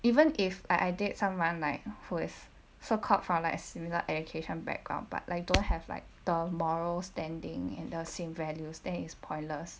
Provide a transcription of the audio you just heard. even if I date someone like who is so called from like similar education background but like don't have like the moral standing in the same values then is pointless